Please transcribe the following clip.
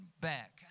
back